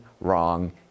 wrong